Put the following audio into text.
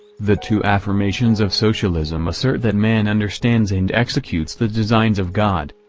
the two affirmations of socialism assert that man understands and executes the designs of god,